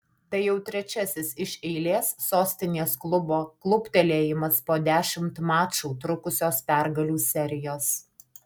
tai jau trečiasis iš eilės sostinės klubo kluptelėjimas po dešimt mačų trukusios pergalių serijos